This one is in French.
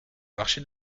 marché